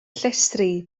llestri